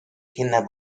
kinder